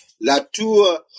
Latour